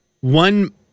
one